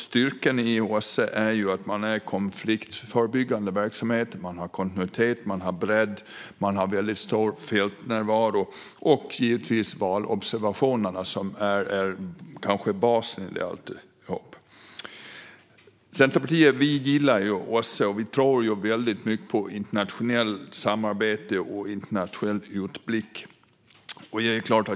Styrkan i OSSE är att man har konfliktförebyggande verksamhet, kontinuitet, bredd och väldigt stor fältnärvaro. Man har givetvis också valobservationerna som kanske är basen i allt jobb. Centerpartiet gillar OSSE. Vi tror väldigt mycket på internationellt samarbete och internationell utblick.